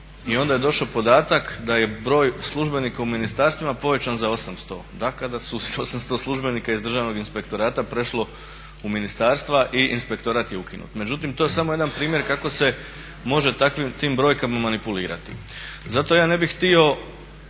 I onda je došao podatak da je broj službenika u ministarstvima povećan za 800. Da, kada su 800 službenika iz Državnog inspektorata prešlo u ministarstva i inspektorat je ukinut. Međutim to je samo jedan primjer kako se može tim brojkama manipulirati. Zato ja ne bih htio